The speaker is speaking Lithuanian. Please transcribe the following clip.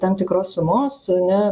tam tikros sumos ane